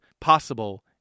possible